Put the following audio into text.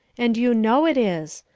and you know it is.